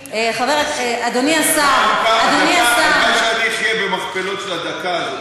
אדוני השר, הלוואי שאני אחיה במכפלות של הדקה הזאת